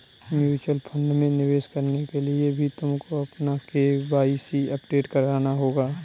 mutual fund में निवेश करने के लिए भी तुमको अपना के.वाई.सी अपडेट कराना होगा